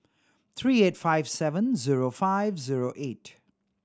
three eight five seven zero five zero eight